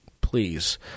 Please